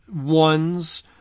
ones